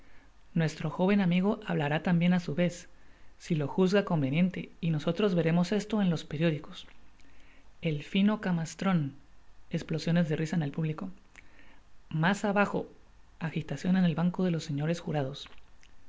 nuestro joven amigo hablará tambien á su vez si lo juzga conveniente y nosotros verémos esto en los periódicos el fino camastron esplosiones de risa en el público mas abajo agitacion en el banco de los señores jurados